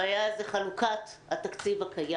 הבעיה היא חלוקת התקציב הקיים.